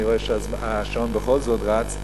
אני רואה שהשעון בכל זאת רץ,